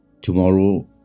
Tomorrow